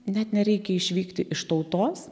net nereikia išvykti iš tautos